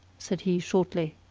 said he, shortly.